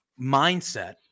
mindset